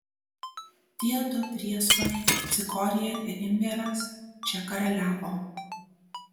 tie du prieskoniai cikorija ir imbieras čia karaliavo